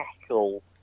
tackle